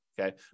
Okay